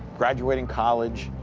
graduating college,